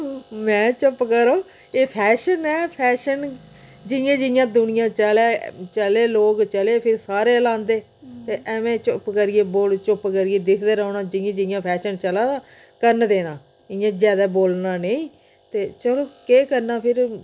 महां चुप करो एह् फैशन ऐ फैशन जियां जियां दुनियां चला दी चलै लोग चले फ्ही सारे लांदे ते ऐह्में चुप करियै बौह् चुप करियै दिक्खदे रौह्ना जियां जियां फैशन चला दा करन देना इ'यां ज्यादा बोलना नेईं ते चलो केह् करना फिर